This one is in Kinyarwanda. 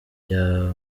bya